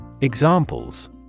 Examples